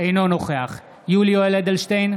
אינו נוכח יולי יואל אדלשטיין,